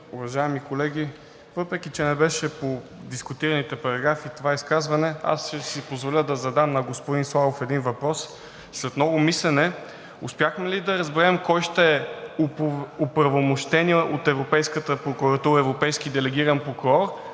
Уважаеми колеги! Въпреки че това изказване не беше по дискутираните параграфи, аз ще си позволя да задам на господин Славов един въпрос: след много мислене успяхме ли да разберем кой ще е оправомощеният от Европейската прокуратура европейски делегиран прокурор,